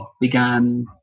began